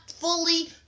fully